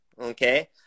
okay